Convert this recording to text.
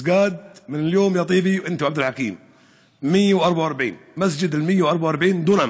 מסגד (אומר דברים בשפה הערבית) 144. מסג'ד אל-144 דונם,